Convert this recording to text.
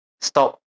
stop